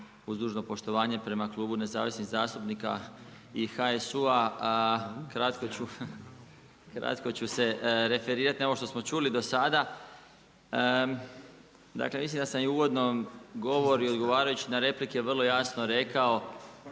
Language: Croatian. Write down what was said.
uz dužno poštovanje prema Klubu nezavisnih zastupnika i HSU-a, kratko ću se referirati na ovo što smo čuli do sada. Dakle, mislim da sam i uvodno govorio i odgovarajući na replike, vrlo jasno rekao,